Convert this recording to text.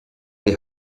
die